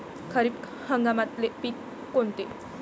खरीप हंगामातले पिकं कोनते?